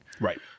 Right